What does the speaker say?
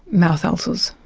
mouth ulcers'.